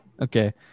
Okay